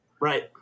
Right